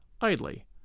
idly